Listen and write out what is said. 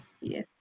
Yes